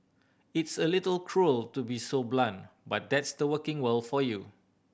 it's a little cruel to be so blunt but that's the working world for you